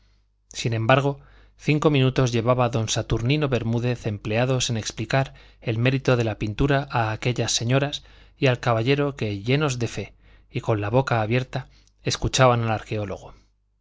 sin embargo cinco minutos llevaba don saturnino bermúdez empleados en explicar el mérito de la pintura a aquellas señoras y al caballero que llenos de fe y con la boca abierta escuchaban al arqueólogo